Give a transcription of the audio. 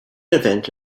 event